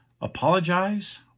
apologize